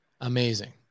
Amazing